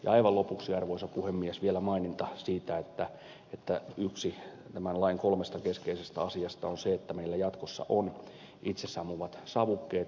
ja aivan lopuksi arvoisa puhemies vielä maininta siitä että yksi tämän lain kolmesta keskeisestä asiasta on se että meillä jatkossa on itsesammuvat savukkeet